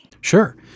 Sure